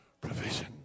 provision